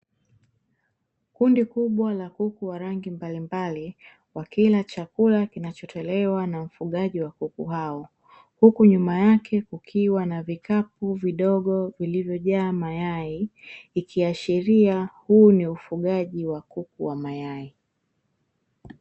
Kundi kubwa la kuku wa rangi mbalimbali, wakila chakula kinachotolewa na mfugaji wa kuku hao, huku nyuma yake, kukiwa na vikapu vidogo vilivyojaa mayai, ikiashiria huu ni ufagi wa kuku wa mayai.